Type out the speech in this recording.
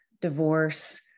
divorce